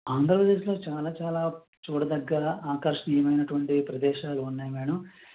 ఆంధ్రప్రదేశ్లో చాలా చాలా చూడదగ్గ ఆకర్షణీయమైనటువంటి ప్రదేశాలు ఉన్నాయి మేడం